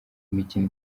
imikino